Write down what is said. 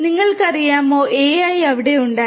നിങ്ങൾക്കറിയാമോ AI അവിടെ ഉണ്ടായിരുന്നു